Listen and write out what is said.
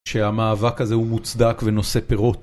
שהמאבק הזה הוא מוצדק ונושא פירות